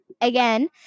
again